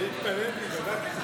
אני התפלאתי, בדקתי.